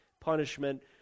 punishment